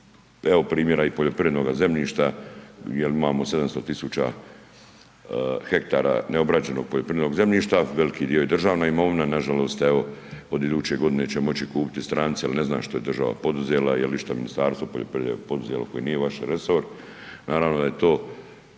evo primjera i poljoprivrednoga zemljišta jel imamo 700 000 hektara neobrađenog poljoprivrednog zemljišta, veliki dio je državna imovina, nažalost evo od iduće godine će moći kupiti i stranci, al ne znam što je država poduzela, jel išta Ministarstvo poljoprivrede poduzelo koji nije vaš resor, naravno da je to